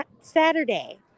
Saturday